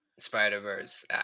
Spider-Verse